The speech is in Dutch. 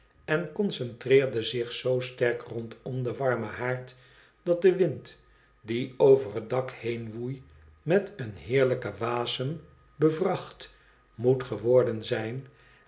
en concentreerde zich zoo sterk rondom den warmen haard dat de wind die over het dak heen woei met een heerlijken wasem bevracht moet geworden zijn